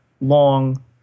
long